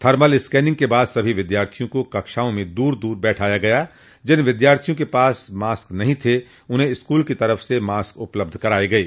thermal scanning के बाद सभी विद्यार्थियों को कक्षाओं में दूर दूर बैठाया गया जिन विद्यार्थियों के पास मॉस्क नहीं थे उन्हें स्कूल की तरफ से मॉस्क उपलब्ध कराये गये